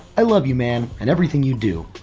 i love you man, and everything you do,